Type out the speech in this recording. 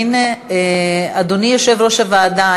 אדוני יושב-ראש הוועדה,